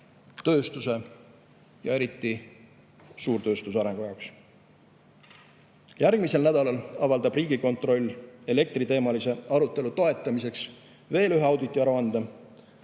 tööstuse ja eriti suurtööstuse arengu jaoks. Järgmisel nädalal avaldab Riigikontroll elektriteemalise arutelu toetamiseks veel ühe auditiaruande.